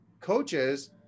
Coaches